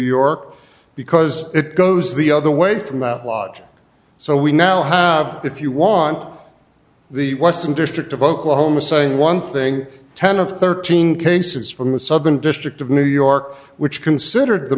york because it goes the other way from that lodge so we now have if you want the western district of oklahoma saying one thing ten of thirteen cases from the southern district of new york which considered the